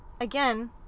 again